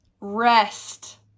rest